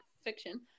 fiction